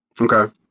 Okay